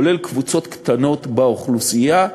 כולל קבוצות קטנות באוכלוסייה.